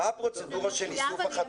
זה מחויב ואני גם אמרתי שיש תקנות.